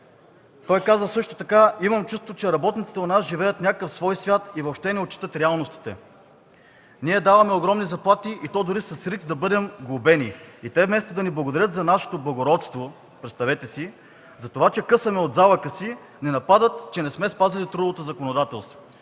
Той казва също така: „Имам чувството, че работниците у нас живеят в някакъв свой свят и въобще не отчитат реалностите. Ние даваме огромни заплати, и то дори с риск да бъдем глобени. И те, вместо да ни благодарят за нашето благородство,” – представете си, „за това, че късаме от залъка си, ни нападат, че не сме спазили трудовото законодателство.”